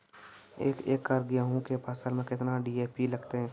एक एकरऽ गेहूँ के फसल मे केतना डी.ए.पी लगतै?